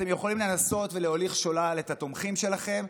אתם יכולים לנסות ולהוליך שולל את התומכים שלכם.